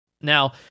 Now